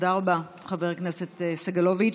תודה רבה, חבר הכנסת סגלוביץ'.